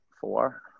four